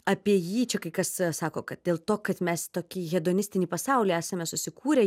apie jį čia kai kas sako kad dėl to kad mes tokį hedonistinį pasaulį esame susikūrę